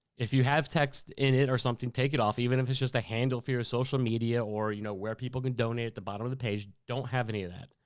if you have text in it or something, take it off, even if it's just a handle for your social media or you know, where people could donate at the bottom of the page. don't have any of that.